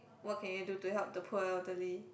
what can you do to help the poor elderly